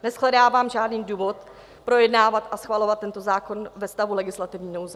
Neshledávám žádný důvod projednávat a schvalovat tento zákon ve stavu legislativní nouze.